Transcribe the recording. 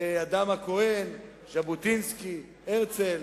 אד"ם הכהן, ז'בוטינסקי, הרצל.